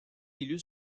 élu